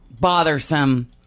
bothersome